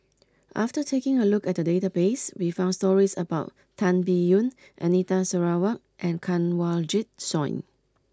after taking a look at the database we found stories about Tan Biyun Anita Sarawak and Kanwaljit Soin